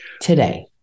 Today